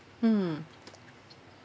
mm